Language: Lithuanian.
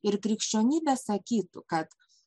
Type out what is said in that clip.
ir krikščionybė sakytų kad